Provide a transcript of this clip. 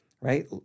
right